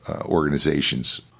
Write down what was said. organizations